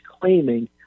claiming